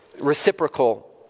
reciprocal